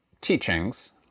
teachings